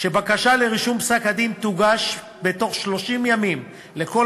שבקשה לרישום פסק-הדין תוגש בתוך 30 ימים לכל